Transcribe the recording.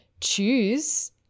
choose